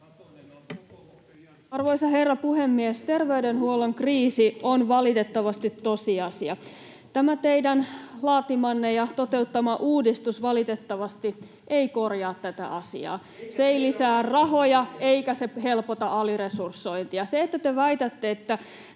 Arvoisa herra puhemies! Terveydenhuollon kriisi on valitettavasti tosiasia. Tämä teidän laatimanne ja toteuttamanne uudistus valitettavasti ei korjaa tätä asiaa. Se ei lisää rahoja, eikä se helpota aliresursointia. Te väitätte, että